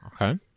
okay